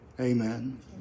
Amen